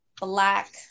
black